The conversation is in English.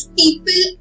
people